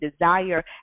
desire